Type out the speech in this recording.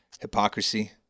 hypocrisy